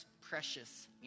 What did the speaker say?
precious